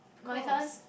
my turn